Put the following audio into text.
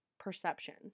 perception